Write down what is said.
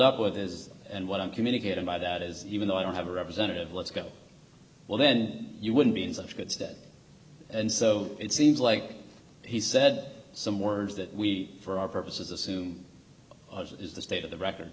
up with is and what i'm communicating by that is even though i don't have a representative let's go well then you wouldn't be in such good stead and so it seems like he said some words that we for our purposes assume that is the state of the record